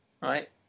right